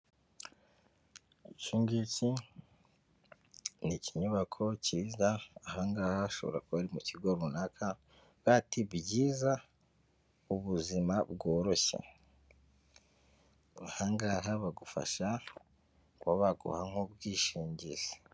Ikingiki ni ikinyubako kiza ahangaha hashobora kuba ari mu kigo runaka, bati byiza ubuzima bworoshye, ahangaha bagufasha kuba baguha nk'ubwishingizi.